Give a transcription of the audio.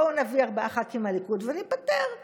בואו נביא ארבעה ח"כים מהליכוד וניפטר מעבאס.